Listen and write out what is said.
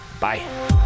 Bye